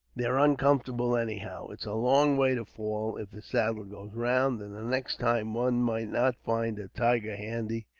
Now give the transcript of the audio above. they're uncomfortable, anyhow. it's a long way to fall, if the saddle goes round and next time one might not find a tiger handy,